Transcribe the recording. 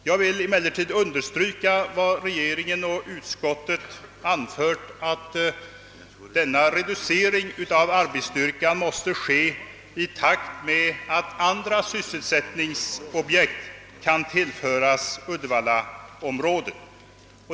Jag vill emellertid understryka vad regeringen och utskottet i detta sammanhang anfört, nämligen att denna reducering av arbetsstyr kan måste ske i takt med att andra sysselsättningsobjekt kan tillföras uddevallaområdet.